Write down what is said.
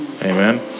Amen